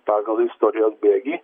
pagal istorijos bėgį